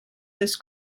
this